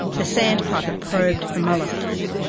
the sandpiper probed for molluscs.